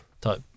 type